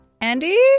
Andy